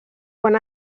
quan